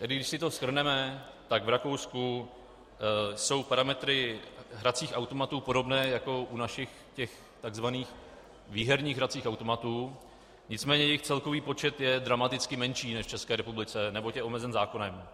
Tedy když si to shrneme, tak v Rakousku jsou parametry hracích automatů podobné jako u našich tzv. výherních hracích automatů, nicméně jejich celkový počet je dramaticky menší než v České republice, neboť je omezen zákonem.